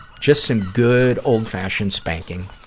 just some good, old-fashioned spanking.